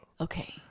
Okay